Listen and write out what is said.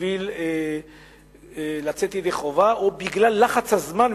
בשביל לצאת ידי חובה, או בגלל לחץ הזמן.